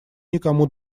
никому